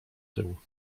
tył